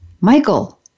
Michael